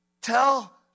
Tell